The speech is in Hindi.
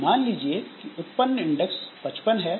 मान लीजिए कि उत्पन्न इंडेक्स 55 है